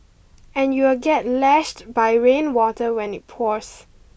and you will get lashed by rainwater when it pours